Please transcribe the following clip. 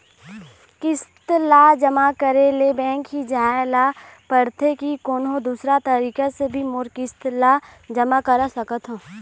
किस्त ला जमा करे ले बैंक ही जाए ला पड़ते कि कोन्हो दूसरा तरीका से भी मोर किस्त ला जमा करा सकत हो?